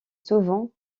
souvent